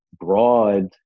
broad